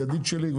ידיד שלי,